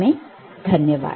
Thank you धन्यवाद